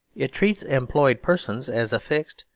it treats employed persons as a fixed,